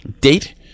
date